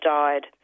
died